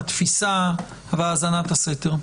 התפיסה והאזנת הסתר?